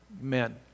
Men